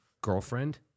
girlfriend